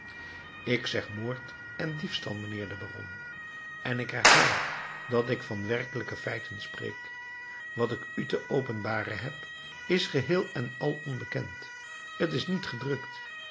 ik zeg moord en diefstal mijnheer de baron en ik herhaal dat ik van werkelijke feiten spreek wat ik u te openbaren heb is geheel en al onbekend t is niet gedrukt